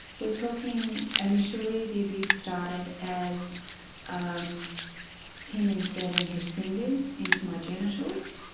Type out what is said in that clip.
we're talking, initially the abuse started as um him inserting his fingers into my genitals.